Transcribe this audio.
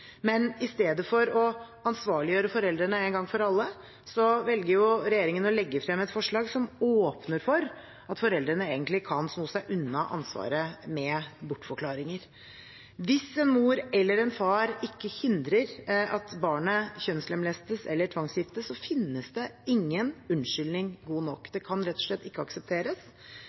men i stedet for å ansvarliggjøre foreldrene én gang for alle velger regjeringen å legge frem et forslag som åpner for at foreldrene egentlig kan sno seg unna ansvaret med bortforklaringer. Hvis en mor eller en far ikke hindrer at barnet kjønnslemlestes eller tvangsgiftes, finnes det ingen unnskyldning god nok. Det kan rett og slett ikke aksepteres,